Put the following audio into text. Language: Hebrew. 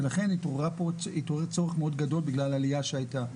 ולכן התעורר צורך מאוד גדול בגלל עלייה שהייתה.